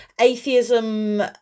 atheism